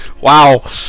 Wow